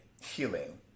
healing